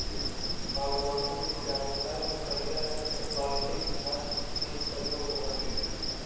बागवानी में जादेतर करिया रंग के प्लास्टिक मल्च फिल्म प्रयोग होवऽ हई